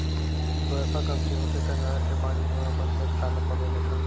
बरसा कमती होथे त नहर के पानी म अपन खेत खार ल पलो लेथन